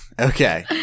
Okay